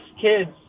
kids